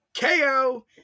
KO